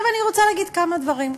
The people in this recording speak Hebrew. עכשיו אני רוצה להגיד כמה דברים.